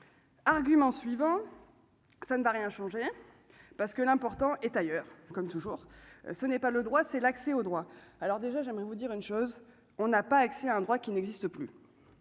argument suivant : ça ne va rien changer parce que l'important est ailleurs, comme toujours, ce n'est pas le droit, c'est l'accès au droit, alors déjà j'aimerais vous dire une chose : on n'a pas accès à un droit qui n'existe plus